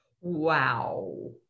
Wow